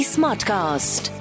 Smartcast